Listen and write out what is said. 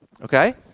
okay